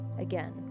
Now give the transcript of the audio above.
Again